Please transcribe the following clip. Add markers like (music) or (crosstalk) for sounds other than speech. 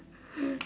(noise)